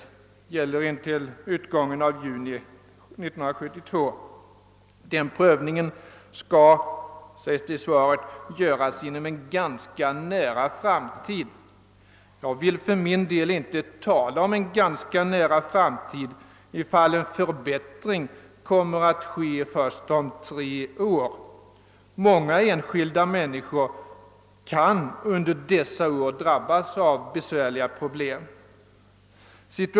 Den gäller endast intill utgången av juni 1972. Denna prövning skall, sägs det i svaret, göras inom en ganska nära framtid. Jag vill för min del inte tala om »en ganska nära framtid», ifall en förbättring kommer att ske först om tre år. Många enskilda människor kan under dessa år drabbas av besvärliga problem.